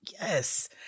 Yes